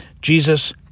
Jesus